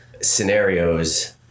scenarios